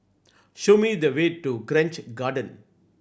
show me the way to Grange Garden